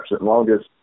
longest